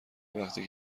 وقتی